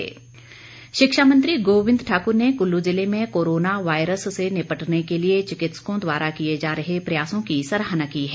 गोविंद ठाकुर शिक्षा मंत्री गोविंद ठाकुर ने कुल्लू जिले में कोरोना वायरस से निपटने के लिए चिकित्सकों द्वारा किए जा रहे प्रयासों की सराहना की है